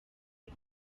eva